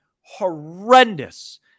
horrendous